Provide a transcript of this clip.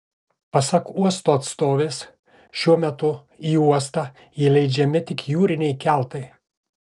pasak uosto atstovės šiuo metu į uostą įleidžiami tik jūriniai keltai